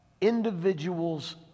individual's